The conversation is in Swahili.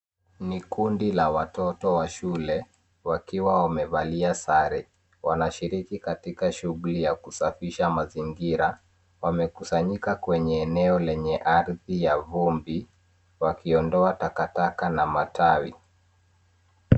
Kundi la watoto wa shule, wakiwa wamevalia sare, wanashiriki katika shughuli ya kusafisha mazingira, wamekusanyika kwenye eneo lenye ardhi ya vumbi, wakiondoa takataka na matawi.